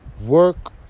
work